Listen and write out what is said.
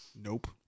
Nope